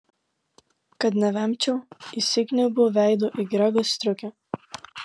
kad nevemčiau įsikniaubiau veidu į grego striukę